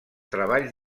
treballs